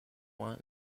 want